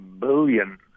billion